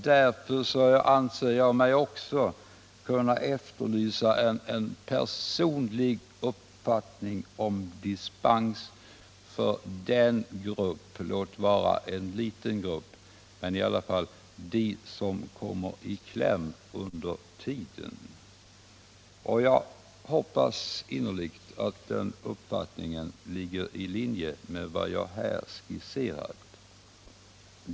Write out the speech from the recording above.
Därför anser jag mig också kunna efterlysa en personlig uppfattning hos budgetministern om dispens för en grupp — låt vara en liten sådan - som kommer i kläm under tiden. Jag hoppas innerligt att den uppfattningen ligger i linje med vad jag här har skisserat.